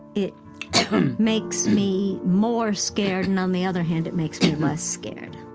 it makes me more scared, and on the other hand, it makes me less scared